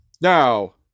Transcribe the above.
now